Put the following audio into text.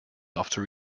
after